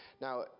Now